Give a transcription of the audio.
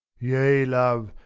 yea, love,